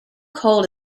cold